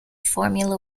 formula